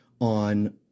on